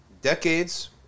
decades